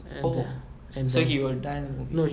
oh so he will die in the movie